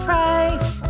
Price